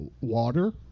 Water